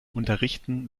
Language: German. unterrichten